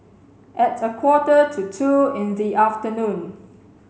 at a quarter to two in the afternoon